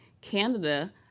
Canada